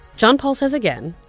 john paul says, again,